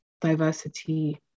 diversity